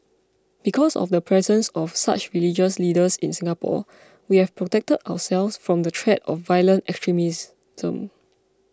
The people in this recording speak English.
because of the presence of such religious leaders in Singapore we have protected ourselves from the threat of violent